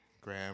Graham